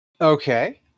Okay